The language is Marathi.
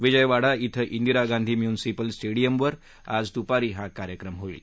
विजयवाडा क्विं दिरा गांधी म्यूनिसिपल स्टेडियमवर आज दुपारी हा कार्यक्रम होईल